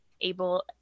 able